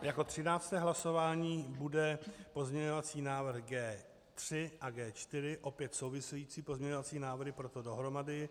Jako 13. hlasování bude pozměňovací návrh G3 a G4, opět související pozměňovací návrhy, proto dohromady.